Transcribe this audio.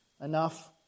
enough